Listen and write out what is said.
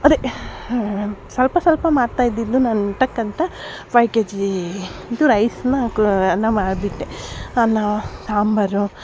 ಅದೇ ಸ್ವಲ್ಪ ಸ್ವಲ್ಪ ಮಾಡ್ತಾ ಇದ್ದಿದ್ದು ನಾನು ಊಟಕ್ಕಂತ ಫೈವ್ ಕೆ ಜಿ ಇದು ರೈಸನ್ನ ನಾನು ಮಾಡಿಬಿಟ್ಟೆ ಅನ್ನ ಸಾಂಬಾರು